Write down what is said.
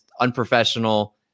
Unprofessional